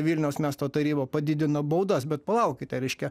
vilniaus miesto taryba padidino baudas bet palaukite reiškia